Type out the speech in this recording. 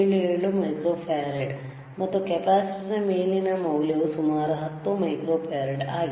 77 microfarad ಮತ್ತು capacitor ಮೇಲಿನ ಮೌಲ್ಯವು ಸುಮಾರು 10 ಮೈಕ್ರೋಫರಾಡ್ ಆಗಿದೆ